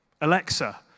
Alexa